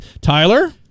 Tyler